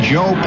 Joe